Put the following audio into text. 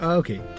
okay